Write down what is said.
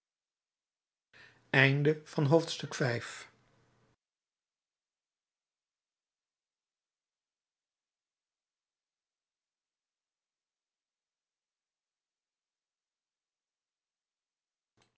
jodendom van het